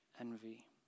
envy